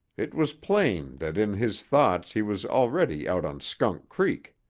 it was plain that in his thoughts he was already out on skunk creek.